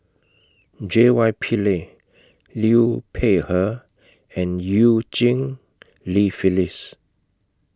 J Y Pillay Liu Peihe and EU Cheng Li Phyllis